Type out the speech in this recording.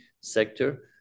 sector